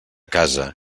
casa